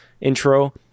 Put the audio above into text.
intro